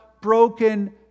broken